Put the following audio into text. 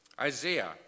Isaiah